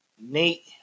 Nate